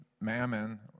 Mammon